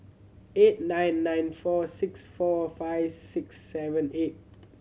eight nine nine four six four five six seven eight